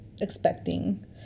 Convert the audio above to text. expecting